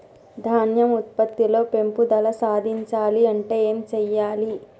ధాన్యం ఉత్పత్తి లో పెంపుదల సాధించాలి అంటే ఏం చెయ్యాలి?